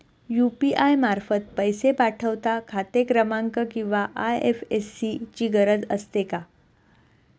UPI मार्फत पैसे पाठवता खाते क्रमांक किंवा आय.एफ.एस.सी ची गरज असते का?